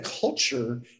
culture